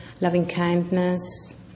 loving-kindness